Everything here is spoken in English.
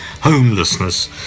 homelessness